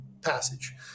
passage